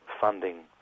funding